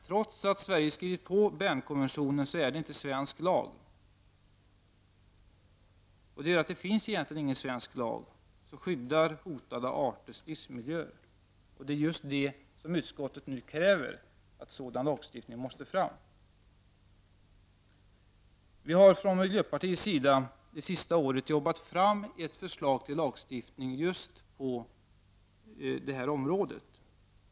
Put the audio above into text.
Trots att Sverige har skrivit på Bernkonventionen är den inte svensk lag, och det gör att det egentligen inte finns någon svensk lag som skyddar hotade arters livsmiljöer. Vad utskottet nu kräver är just att sådan lagstiftning tas fram. Vi har redan från miljöpartiets sida under det senaste året utarbetat ett förslag till lagstiftning på detta område.